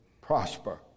prosper